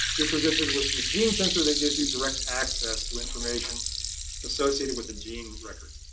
you're presented with this gene sensor that gives you direct access to information associated with the gene record.